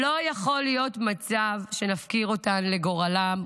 לא יכול להיות מצב שנפקיר אותן לגורלן,